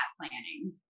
planning